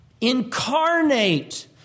incarnate